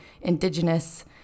indigenous